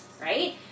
right